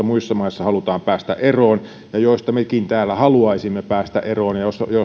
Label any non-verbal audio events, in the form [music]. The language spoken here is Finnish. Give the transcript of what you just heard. [unintelligible] muissa maissa halutaan päästä eroon ja joista mekin täällä haluaisimme päästä eroon